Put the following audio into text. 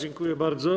Dziękuję bardzo.